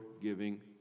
giving